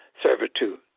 servitude